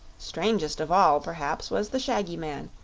strangest of all, perhaps, was the shaggy man,